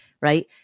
Right